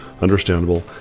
understandable